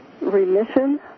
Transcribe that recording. remission